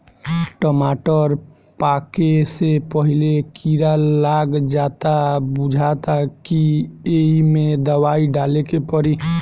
टमाटर पाके से पहिले कीड़ा लाग जाता बुझाता कि ऐइमे दवाई डाले के पड़ी